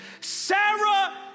Sarah